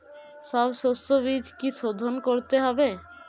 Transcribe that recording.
সব শষ্যবীজ কি সোধন করতে হবে?